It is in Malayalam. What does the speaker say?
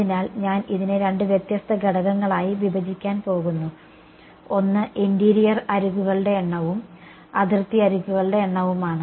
അതിനാൽ ഞാൻ ഇതിനെ രണ്ട് വ്യത്യസ്ത ഘടകങ്ങളായി വിഭജിക്കാൻ പോകുന്നു ഒന്ന് ഇന്റീരിയർ അരികുകളുടെ എണ്ണവും അതിർത്തി അരികുകളുടെ എണ്ണവുമാണ്